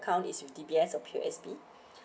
account is D_B_S or P_O_S_D